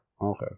Okay